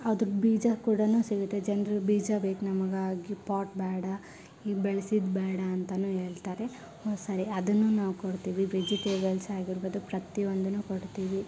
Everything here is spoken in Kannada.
ಅದ್ರ ಬೀಜ ಕೂಡಾನೂ ಸಿಗುತ್ತೆ ಜನರು ಬೀಜ ಬೇಕು ನಮಗೆ ಈ ಪಾಟ್ ಬೇಡ ನೀವು ಬೆಳೆಸಿದ್ ಬೇಡ ಅಂತಾನೂ ಹೇಳ್ತಾರೆ ಹ್ಞೂ ಸರಿ ಅದನ್ನು ನಾವು ಕೊಡ್ತೀವಿ ವೆಜಿಟೇಬಲ್ಸ್ ಆಗಿರ್ಬೋದು ಪ್ರತಿಯೊಂದನ್ನು ಕೊಡ್ತೀವಿ